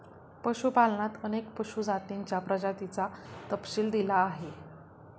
पशुपालनात अनेक पशु जातींच्या प्रजातींचा तपशील दिला आहे